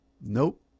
Nope